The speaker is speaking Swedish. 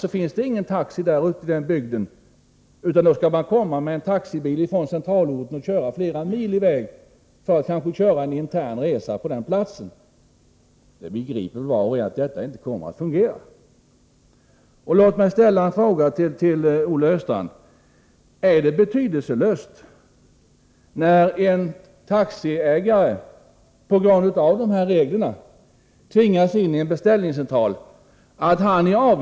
Då måste man från centralorten beställa en taxi, som får köra flera mil för att sedan kanske utföra en intern resa på platsen. Var och en begriper att detta inte kommer att fungera. Låt mig ställa en fråga till Olle Östrand: Är det betydelselöst om en taxiägare, som på grund av dessa regler tvingas ansluta sig till en beställningscentral, får betaia 100 000 kr.